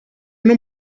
não